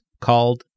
called